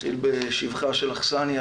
נתחיל בשבחה של אכסניה,